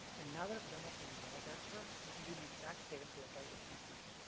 and now that i've done that for melanogaster, we can do the exact same to our target species.